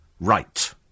right